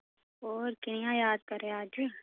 होर कि'यां याद करेआ अज्ज